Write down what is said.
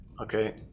Okay